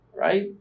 Right